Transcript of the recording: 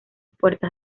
puertas